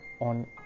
on